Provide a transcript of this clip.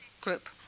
group